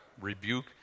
rebuke